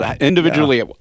individually